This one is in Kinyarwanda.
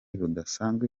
rudasanzwe